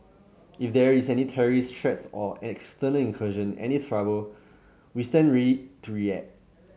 if there is any terrorist threat or external incursion any trouble we stand ready to react